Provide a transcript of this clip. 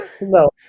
no